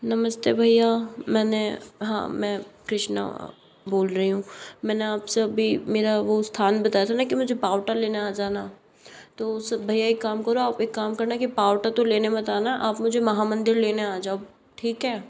नमस्ते भैया मैंने हाँ मैं कृष्णा बोल रही हूँ मैंने आप से अभी मेरा वो स्थान बताया था न कि मुझे पावटा लेने आ जाना तो भैया एक काम करो आप एक काम करना कि पावटा तो लेने मत आना आप मुझे महा मंदिर लेने आ जाओ ठीक है